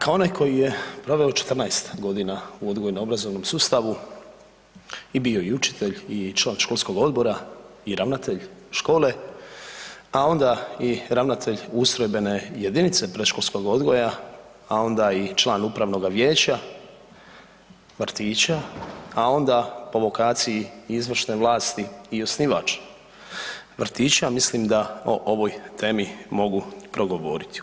Kao onaj koji je proveo 14 godina u odgojno-obrazovnom sustavu i bio je učitelj i član Školskog odbora i ravnatelj škole, pa onda i ravnatelj ustrojbene jedinice predškolskog odgoja, a onda i član Upravnoga vijeća vrtića, a onda po vokaciji izvršne vlasti i osnivač vrtića mislim da o ovoj temi mogu progovoriti.